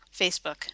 Facebook